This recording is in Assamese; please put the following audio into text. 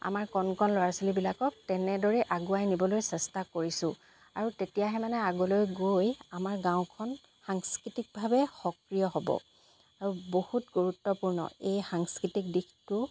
আমাৰ কণ কণ ল'ৰা ছোৱালীবিলাকক তেনেদৰে আগুৱাই নিবলৈ চেষ্টা কৰিছোঁ আৰু তেতিয়াহে মানে আগলৈ গৈ আমাৰ গাঁওখন সাংস্কৃতিকভাৱে সক্ৰিয় হ'ব আৰু বহুত গুৰুত্বপূৰ্ণ এই সাংস্কৃতিক দিশটো